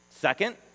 Second